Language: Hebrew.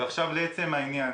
לעצם העניין